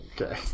Okay